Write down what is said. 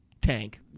Tank